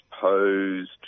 posed